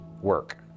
work